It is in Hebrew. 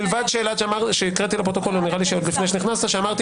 מלבד שהקראתי לפרוטוקול נראה לי עוד לפני שנכנסת אמרתי